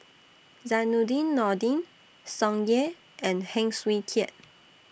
Zainudin Nordin Tsung Yeh and Heng Swee Keat